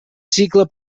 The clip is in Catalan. cicle